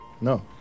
No